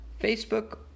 Facebook